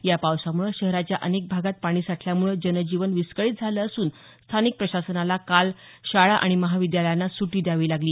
या पावसामुळे शहराच्या अनेक भागात पाणी साठल्यामुळे जनजीवन विस्कळित झालं असून स्थानिक प्रशासनाला काल शाळा महाविद्यालयांना सुटी द्यावी लागली